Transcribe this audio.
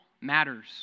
matters